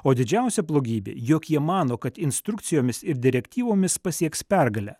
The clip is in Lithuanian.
o didžiausia blogybė jog jie mano kad instrukcijomis ir direktyvomis pasieks pergalę